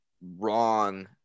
wrong